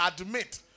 admit